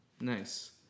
Nice